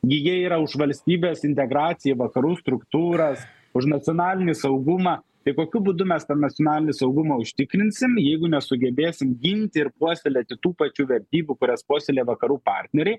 gi jie yra už valstybės integraciją vakarų struktūras už nacionalinį saugumą tai kokiu būdu mes tą nacionalinį saugumą užtikrinsim jeigu nesugebėsim ginti ir puoselėti tų pačių vertybių kurias puoselėja vakarų partneriai